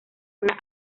una